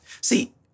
See